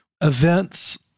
events